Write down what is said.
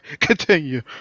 continue